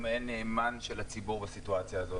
אנחנו מעין נאמן של הציבור בסיטואציה הזאת.